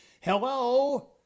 Hello